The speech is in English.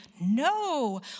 No